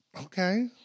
Okay